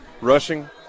rushing